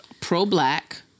Pro-Black